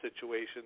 situation